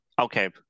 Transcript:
okay